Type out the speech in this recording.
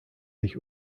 sich